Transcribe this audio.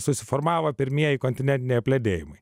susiformavo pirmieji kontinentiniai apledėjimai